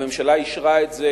הממשלה אישרה את זה